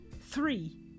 Three